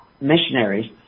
missionaries